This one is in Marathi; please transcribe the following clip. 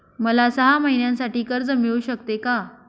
मला सहा महिन्यांसाठी कर्ज मिळू शकते का?